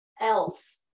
else